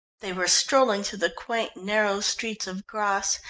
they were strolling through the quaint, narrow streets of grasse,